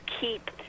keep